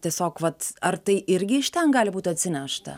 tiesiog vat ar tai irgi iš ten gali būti atsinešta